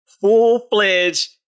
full-fledged